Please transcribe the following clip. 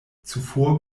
zuvor